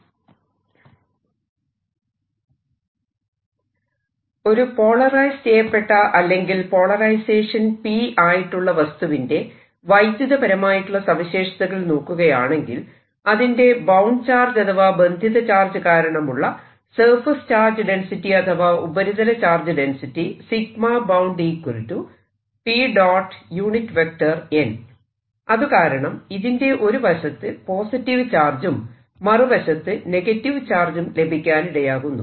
electric displacement ഒരു polarise ചെയ്യപ്പെട്ട അല്ലെങ്കിൽ പോളറൈസേഷൻ P ആയിട്ടുള്ള വസ്തുവിന്റെ വൈദ്യുതപരമായിട്ടുള്ള സവിശേഷതകൾ നോക്കുകയാണെങ്കിൽ അതിന്റെ ബൌണ്ട് ചാർജ് അഥവാ ബന്ധിത ചാർജ് കാരണമുള്ള സർഫേസ് ചാർജ് ഡെൻസിറ്റി അഥവാ ഉപരിതല ചാർജ് ഡെൻസിറ്റി അതുകാരണം ഇതിന്റെ ഒരു വശത്ത് പോസിറ്റീവ് ചാർജും മറുവശത്ത് നെഗറ്റീവ് ചാർജും ലഭിക്കാനിടയാകുന്നു